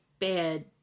bad